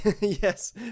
Yes